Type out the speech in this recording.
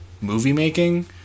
movie-making